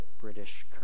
British